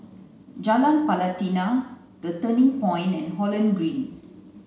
Jalan Pelatina The Turning Point and Holland Green